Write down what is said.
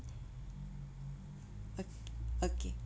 o~ okay